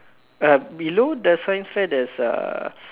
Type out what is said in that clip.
uh below the science fair there's a